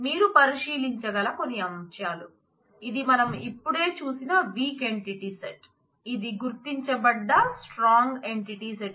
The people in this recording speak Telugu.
మీరు పరిశీలించగల కొన్ని అంశాలు ఇది మనం ఇప్పుడే చూసిన వీక్ ఎంటిటీ సెట్